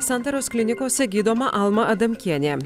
santaros klinikose gydoma alma adamkienė